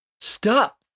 Stop